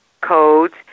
codes